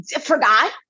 forgot